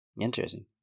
Interesting